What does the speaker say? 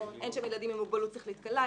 אין שם ילדים עם מוגבלות שכלית קלה,